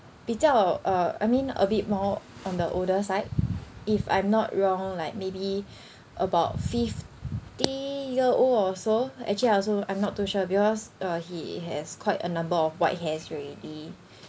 比较 uh I mean a bit more on the older side if I'm not wrong like maybe about fifty year old or so actually I also I'm not too sure because uh he has quite a number of white hairs already